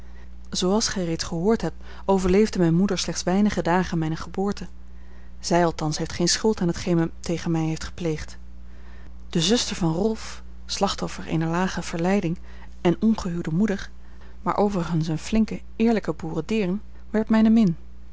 zooals gij reeds gehoord hebt overleefde mijne moeder slechts weinige dagen mijne geboorte zij althans heeft geen schuld aan t geen men tegen mij heeft gepleegd de zuster van rolf slachtoffer eener lage verleiding en ongehuwde moeder maar overigens eene flinke eerlijke boerendeern werd mijne min